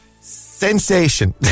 Sensation